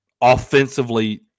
offensively